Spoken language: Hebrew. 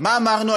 מה אמרנו?